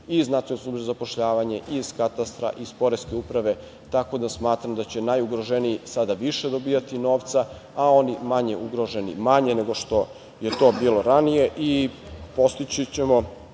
Nacionalne službe za zapošljavanje i iz katastra i iz poreske uprave, tako da smatram da će najugroženiji sada više dobijati novca, a oni manje ugroženi manje nego što je to bilo ranije i postići ćemo